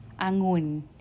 angun